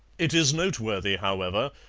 it is noteworthy, however,